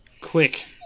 quick